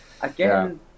Again